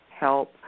help